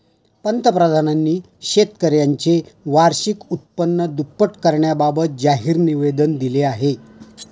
पंतप्रधानांनी शेतकऱ्यांचे वार्षिक उत्पन्न दुप्पट करण्याबाबत जाहीर निवेदन दिले